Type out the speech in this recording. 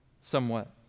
somewhat